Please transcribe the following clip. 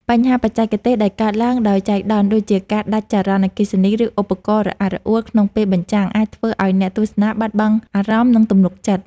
បញ្ហាបច្ចេកទេសដែលកើតឡើងដោយចៃដន្យ ដូចជាការដាច់ចរន្តអគ្គិសនី ឬឧបករណ៍រអាក់រអួលក្នុងពេលបញ្ចាំង អាចធ្វើឱ្យអ្នកទស្សនាបាត់បង់អារម្មណ៍ និងទំនុកចិត្ត។